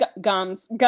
gums